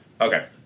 Okay